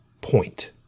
point